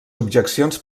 objeccions